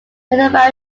prithviraj